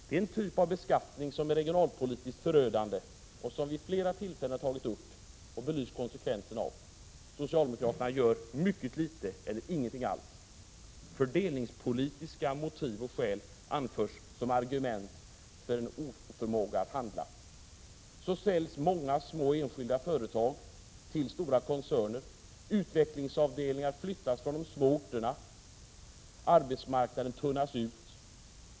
Det är en typ av beskattning som är regionalpolitiskt förödande och som vi vid flera tillfällen har tagit upp och belyst konsekvenserna av. Socialdemokraterna gör mycket litet eller ingenting alls. Fördelningspolitiska motiv och skäl anförs som argument för oförmågan att handla. Så säljs många små enskilda företag till stora koncerner. Utvecklingsavdelningar flyttas från de små orterna. Arbetsmarknaden tunnas ut.